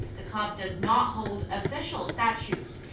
the club does not hold official statutes.